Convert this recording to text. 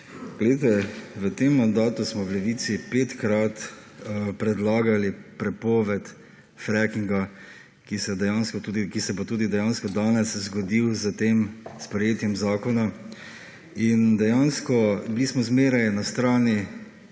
besedo. V tem mandatu smo v Levici petkrat predlagali prepoved freakinga, ki se bo tudi dejansko danes zgodil s tem sprejetjem zakona in dejansko bili smo vedno na strani